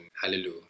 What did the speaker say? hallelujah